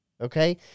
Okay